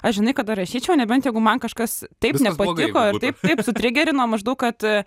aš žinai kada rašyčiau nebent jeigu man kažkas taip nepatiko ir taip taip su trigerino maždaug kad